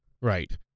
Right